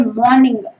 morning